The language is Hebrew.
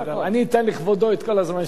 אני אתן לכבודו את כל הזמן שירצה.